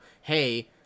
hey